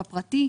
הפרטי,